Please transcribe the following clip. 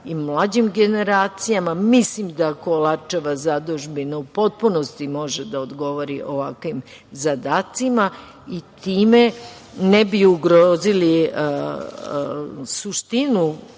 sa mlađim generacijama. Mislim da Kolarčeva zadužbina u potpunosti može da odgovori ovakvim zadacima i time ne bi ugrozili suštinu